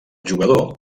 jugador